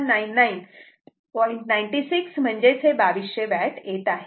9 6 2200 watt येत आहे